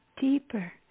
deeper